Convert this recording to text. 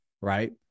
Right